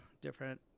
different